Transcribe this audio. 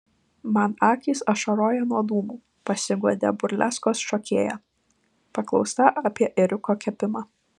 man akys ašaroja nuo dūmų pasiguodė burleskos šokėja paklausta apie ėriuko kepimą